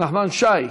נחמן שי,